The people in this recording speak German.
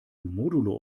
modulo